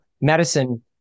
medicine